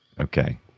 Okay